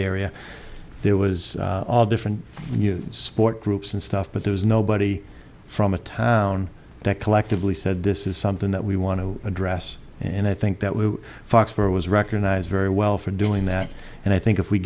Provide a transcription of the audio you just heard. area there was all different new support groups and stuff but there was nobody from a town that collectively said this is something that we want to address and i think that we foxboro was recognized very well for doing that and i think if we